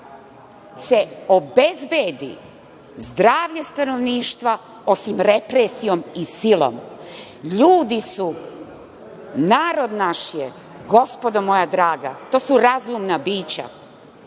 obezbedi zdravlje stanovništva, osim represijom i silom. Ljudi su, narod naš je, gospodo moja draga, to su razumna bića.